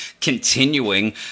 continuing